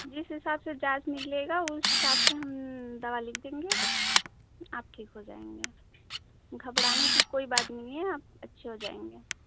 जिस हिसाब से चार्ज निकलेगा उस हिसाब से हम दवा लिखेंगे आप ठीक हो जायेंगे घबराने की कोई बात नहीं है आप अच्छे हो जायेंगे